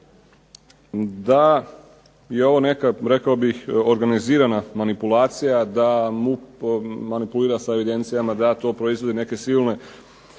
da je ovo neka rekao bih organizirana manipulacija da MUP manipulira sa evidencijama, da to proizvodi neke silne,